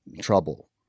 trouble